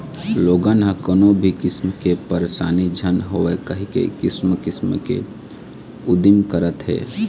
लोगन ह कोनो भी किसम के परसानी झन होवय कहिके किसम किसम के उदिम करत हे